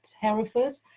Hereford